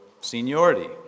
seniority